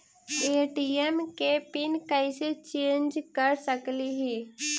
ATM के pin कैसे change कर सकली ही?